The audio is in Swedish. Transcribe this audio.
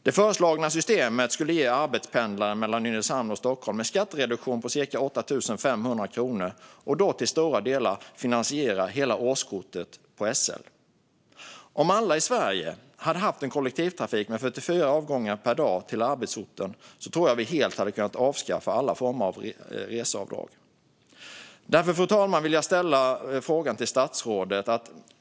Det föreslagna systemet skulle ge arbetspendlare mellan Nynäshamn och Stockholm en skattereduktion på cirka 8 500 kronor, vilket till stora delar skulle finansiera hela årskortet hos SL. Om alla i Sverige hade haft en kollektivtrafik med 44 avgångar per dag till arbetsorten tror jag att vi helt hade kunnat avskaffa alla former av reseavdrag. Därför, fru talman, vill jag ställa en fråga till statsrådet.